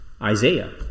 Isaiah